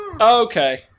okay